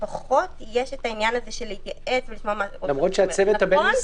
פחות יש את העניין הזה של להתייעץ ולשמוע מה אומר ראש הרשות.